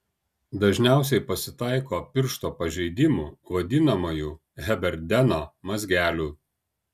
dažniausiai pasitaiko piršto pažeidimų vadinamųjų heberdeno mazgelių